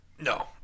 No